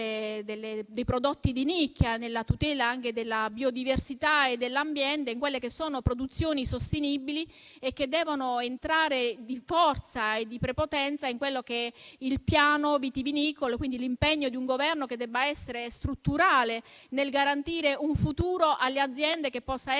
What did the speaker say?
dei prodotti di nicchia e della tutela anche della biodiversità e dell'ambiente, in quelle che sono produzioni sostenibili che devono entrare di forza e di prepotenza nel piano vitivinicolo. L'impegno del Governo dovrebbe essere strutturale nel garantire un futuro alle aziende e dovrebbe essere